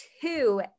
two